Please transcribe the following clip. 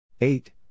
eight